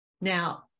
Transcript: Now